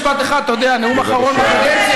משפט אחד, אתה יודע, נאום אחרון בקדנציה.